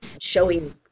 showing